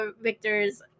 Victor's